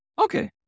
Okay